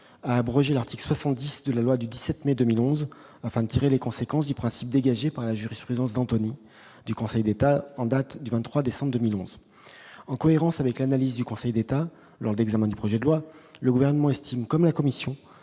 abroger l'article 70 de la loi du 17 mai 2011 afin de tirer les conséquences des principes dégagés par la jurisprudence d'Anthony, du Conseil d'État, en date du 23 décembre 2011, en cohérence avec l'analyse du Conseil d'État lors de l'examen du projet de loi, le gouvernement estime, comme la commission